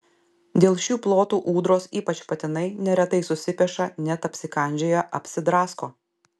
dėl šių plotų ūdros ypač patinai neretai susipeša net apsikandžioja apsidrasko